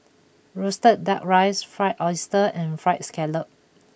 Roasted Duck Rice Fried Oyster and Fried Scallop